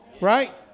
right